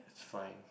it's fine